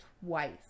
twice